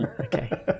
Okay